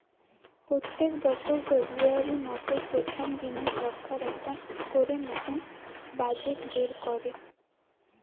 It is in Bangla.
পোত্তেক বছর ফেব্রুয়ারী মাসের প্রথম দিনে সরকার একটা করে নতুন বাজেট বের কোরে